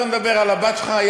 בוא נדבר על הבת שלך,